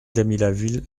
damilaville